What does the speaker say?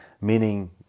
meaning